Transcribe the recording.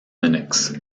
linux